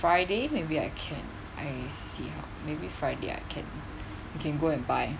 friday maybe I can I see how maybe friday I can I can go and buy